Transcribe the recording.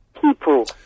People